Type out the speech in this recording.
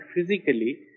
physically